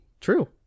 true